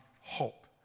hope